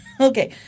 Okay